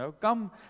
Come